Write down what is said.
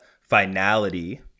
finality